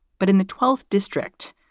but in the twelfth district,